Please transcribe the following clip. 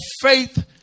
faith